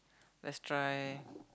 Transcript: let's try